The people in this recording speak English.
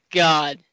god